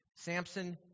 Samson